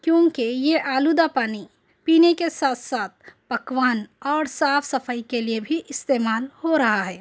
کیونکہ یہ آلودہ پانی پینے کے ساتھ ساتھ پکوان اور صاف صفائی کے لیے بھی استعمال ہو رہا ہے